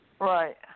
Right